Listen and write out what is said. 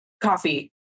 coffee